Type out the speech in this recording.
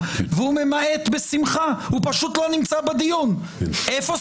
והם מקודשים בוודאי לאותם מאות אלפים,